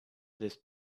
this